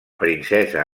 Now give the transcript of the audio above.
princesa